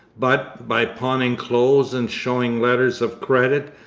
but, by pawning clothes and showing letters of credit,